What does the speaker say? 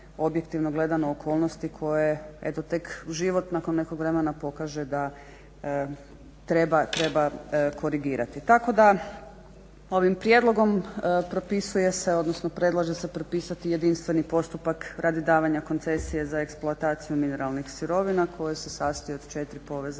objektivno gledano okolnosti koje eto tek u život nakon nekog vremena pokaže da treba korigirati. Tako da ovim prijedlogom propisuje se, odnosno predlaže se propisati jedinstveni postupak radi davanja koncesije za eksploataciju mineralnih sirovina koje se sastoje od 4 povezane